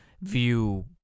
view